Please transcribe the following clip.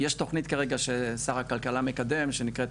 יש תוכנית כרגע ששר הכלכלה מקדם שנקראת,